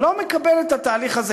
לא מקבל את התהליך הזה,